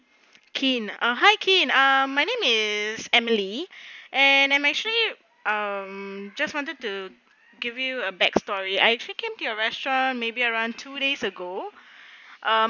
kim ah hi kim ah my name is emily and I'm actually um just wanted to give you a bad story I actually came to your restaurant maybe around two days ago err